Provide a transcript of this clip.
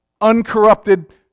uncorrupted